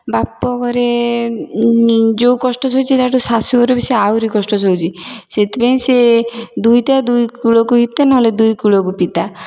ବାପଘରେ ଯେଉଁ କଷ୍ଟ ସହିଛି ତା ଠୁ ଶାଶୁଘରେ ବି ସେ ଆହୁରି କଷ୍ଟ ସହୁଛି ସେଥିପାଇଁ ସେ ଦୁହିତା ଦୁଇ କୂଳକୁ ହିତା ନହେଲେ ଦୁଇ କୂଳକୁ ପିତା